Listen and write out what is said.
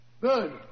Good